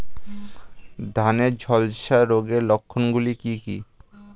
ধানের ঝলসা রোগের লক্ষণগুলি কি কি?